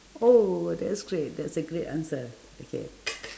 oh that's great that's a great answer okay